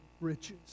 riches